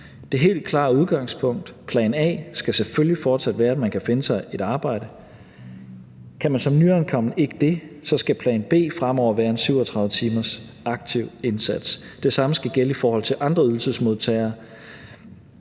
Det helt klare udgangspunkt, plan A, skal selvfølgelig fortsat være, at man kan finde sig et arbejde. Kan man som nyankommen ikke det, skal plan B fremover være 37 timer aktiv indsats. Det samme skal gælde i forhold til andre ydelsesmodtagere,